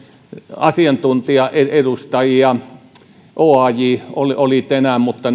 asiantuntijaedustajia oaj oli oli tänään mutta